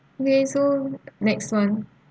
okay so next one